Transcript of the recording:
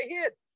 hit